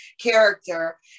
character